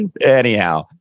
anyhow